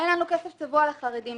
אין לנו כסף צבוע לאוכלוסייה החרדית.